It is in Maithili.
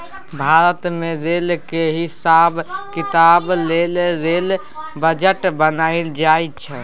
भारत मे रेलक हिसाब किताब लेल रेल बजट बनाएल जाइ छै